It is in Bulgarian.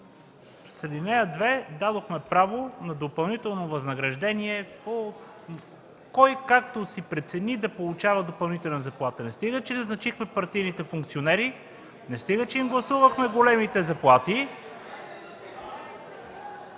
с ал. 2 дадохме право на допълнително възнаграждение кой както си прецени да получава допълнителна заплата. Не стига, че назначихме партийните функционери, не стига, че им гласувахме големите заплати